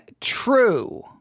true